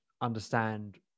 understand